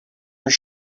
your